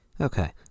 Okay